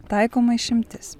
taikoma išimtis